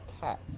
cats